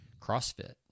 crossfit